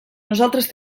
nosaltres